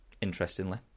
Interestingly